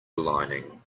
lining